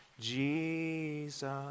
Jesus